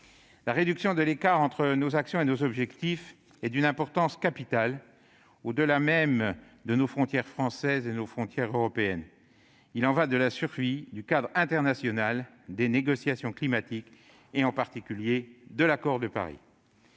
La réduction de l'écart entre nos actions et nos objectifs est d'une importance capitale, au-delà des frontières françaises et européennes. Il y va de la survie du cadre international des négociations climatiques, en particulier de l'accord de Paris.